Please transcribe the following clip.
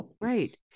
right